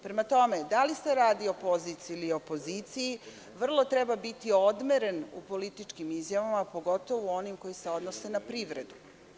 Prema tome, da li se radi o poziciji ili opoziciji, treba biti odmeren u političkim izjavama, pogotovo u onim koje se odnose na privredu.